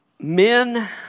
Men